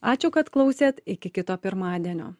ačiū kad klausėt iki kito pirmadienio